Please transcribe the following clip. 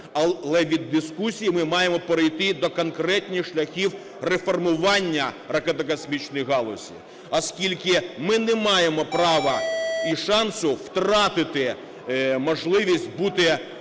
але від дискусії, ми маємо перейти до конкретних шляхів реформування ракето-космічної галузі, оскільки ми не маємо права і шансу втратити можливість бути в